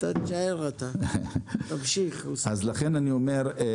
תמשיך, אוסאמה.